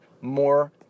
more